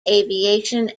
aviation